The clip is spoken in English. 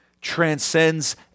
transcends